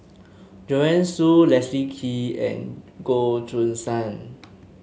Joanne Soo Leslie Kee and Goh Choo San